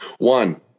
One